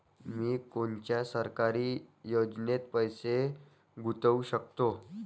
मी कोनच्या सरकारी योजनेत पैसा गुतवू शकतो?